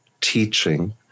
teaching